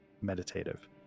meditative